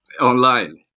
Online